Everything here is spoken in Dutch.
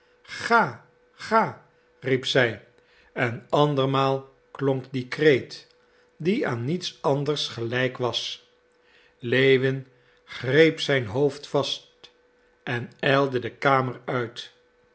ga ga riep zij en andermaal klonk die kreet die aan niets anders gelijk was lewin greep zijn hoofd vast en ijlde de kamer uit